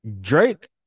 Drake